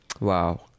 Wow